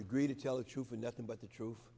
agree to tell the truth and nothing but the truth